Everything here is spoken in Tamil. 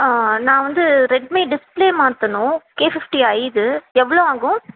ஆ நான் வந்து ரெட்மி டிஸ்ப்ளே மாற்றணும் கேஃபிஃப்ட்டிஐது எவ்வளோ ஆகும்